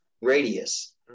radius